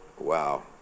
wow